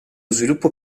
sviluppo